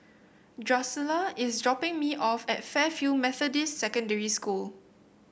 Drusilla is dropping me off at Fairfield Methodist Secondary School